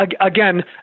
again